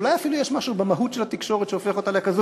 אולי אפילו יש משהו במהות של התקשורת שהופך אותה לכזאת,